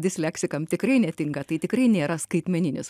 disleksikam tikrai netinka tai tikrai nėra skaitmeninis